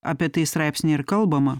apie tai straipsny ir kalbama